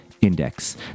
index